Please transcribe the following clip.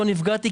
לא נפגעתי,